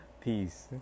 peace